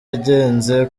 yagenze